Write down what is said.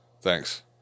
thanks